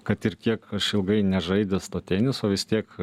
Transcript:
kad ir kiek aš ilgai nežaidęs to teniso vis tiek